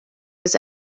his